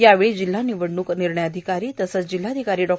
यावेळी जिल्हा निवडणूक निर्णय अधिकारी तथा जिल्हाधिकारी डॉ